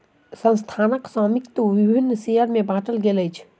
संस्थानक स्वामित्व विभिन्न शेयर में बाटल गेल अछि